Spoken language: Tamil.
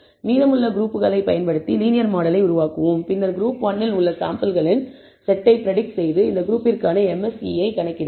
மீதமுள்ள குரூப்க்களை பயன்படுத்தி லீனியர் மாடலை உருவாக்குவோம் பின்னர் குரூப் 1 இல் உள்ள சாம்பிள்களின் செட்டை பிரடிக்ட் செய்து இந்த குரூப்பிற்கான MSE ஐ கணக்கிடுவோம்